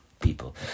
people